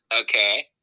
Okay